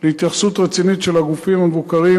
להתייחסות רצינית של הגופים המבוקרים